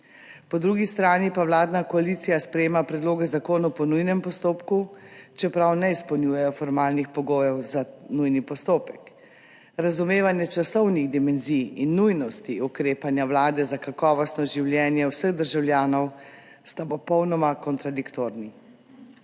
Po drugi strani pa vladna koalicija sprejema predloge zakonov po nujnem postopku, čeprav ne izpolnjujejo formalnih pogojev za nujni postopek. Razumevanje časovnih dimenzij in nujnosti ukrepanja vlade za kakovostno življenje vseh državljanov sta popolnoma kontradiktorni.